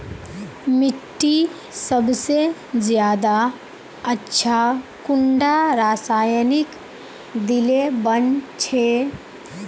मिट्टी सबसे ज्यादा अच्छा कुंडा रासायनिक दिले बन छै?